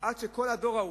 עד שכל הדור ההוא,